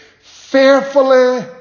fearfully